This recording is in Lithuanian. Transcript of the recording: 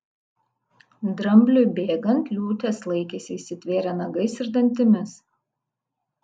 drambliui bėgant liūtės laikėsi įsitvėrę nagais ir dantimis